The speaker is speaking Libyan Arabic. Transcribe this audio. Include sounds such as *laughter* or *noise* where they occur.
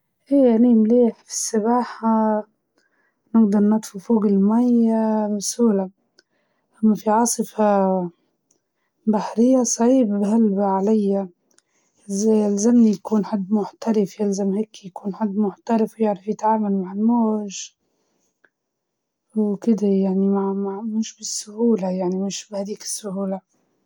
مش *hesitation* جيدة بشكل محترف، بس نقدر نسبح بشكل *hesitation* بسيط، وبنطفو فوق المية، وقت العاصفة مستحيل ما نقدر نتحمل هالشي.